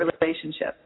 relationship